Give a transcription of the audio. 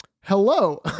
hello